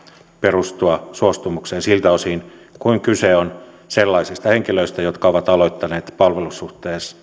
perustua suostumukseen siltä osin kuin kyse on sellaisista henkilöistä jotka ovat aloittaneet